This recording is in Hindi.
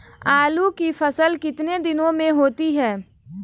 आलू की फसल कितने दिनों में होती है?